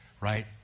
right